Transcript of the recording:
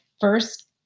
first